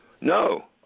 No